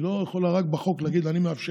היא לא יכולה רק לומר בחוק: אני מאפשרת.